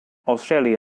australian